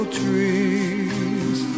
trees